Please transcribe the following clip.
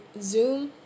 zoom